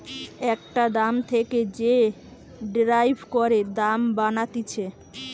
একটা দাম থেকে যে ডেরাইভ করে দাম বানাতিছে